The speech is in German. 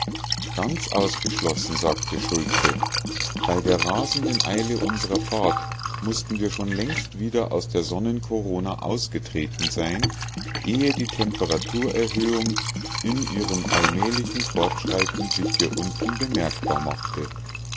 ganz ausgeschlossen sagte schultze bei der rasenden eile unsrer fahrt mußten wir schon längst wieder aus der sonnenkorona ausgetreten sein ehe die temperaturerhöhung in ihrem allmählichen fortschreiten sich hier unten bemerkbar machte